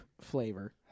flavor